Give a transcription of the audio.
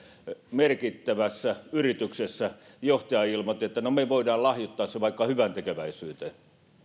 merkittävässä yrityksessä johtaja ilmoitti että no me voimme lahjoittaa sen vaikka hyväntekeväisyyteen